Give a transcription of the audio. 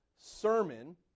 sermon